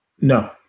No